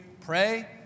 pray